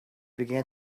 began